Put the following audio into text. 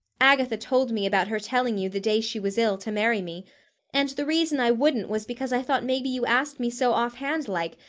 agatha told me about her telling you the day she was ill, to marry me and the reason i wouldn't was because i thought maybe you asked me so offhandlike,